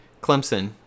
Clemson